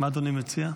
מה, אדוני, מציע?